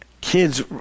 Kids